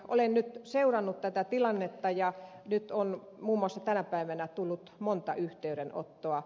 olen nyt seurannut tätä tilannetta ja nyt on muun muassa tänä päivänä tullut monta yhteydenottoa